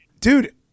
dude